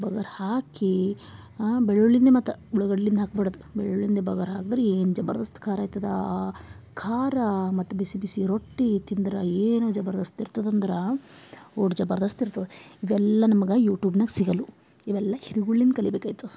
ಬಗರ್ ಹಾಕಿ ಬೆಳ್ಳುಳ್ಳಿಂದೇ ಮತ್ತು ಉಳ್ಳಾಗಡ್ಳಿಂದು ಹಾಕ್ಬಾರ್ದು ಬೆಳ್ಳುಳ್ಳಿಂದೆ ಬಗರ್ ಹಾಕ್ದ್ರ ಏನು ಜಬರ್ದಸ್ತ್ ಖಾರ ಆಯ್ತದ ಆ ಖಾರ ಮತ್ತು ಬಿಸಿಬಿಸಿ ರೊಟ್ಟಿ ತಿಂದ್ರೆ ಏನು ಜಬರ್ದಸ್ತ್ ಇರ್ತದಂದರ ಒಟ್ಟು ಜಬರ್ದಸ್ತ್ ಇರ್ತದ ಇವೆಲ್ಲ ನಮಗ ಯೂಟ್ಯೂಬ್ನಾಗ ಸಿಗಲ್ವು ಇವೆಲ್ಲಾ ಹಿರಿಗಳಿಂದ್ ಕಲಿಬೇಕಾಯ್ತು